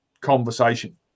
conversation